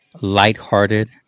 lighthearted